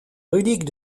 reliques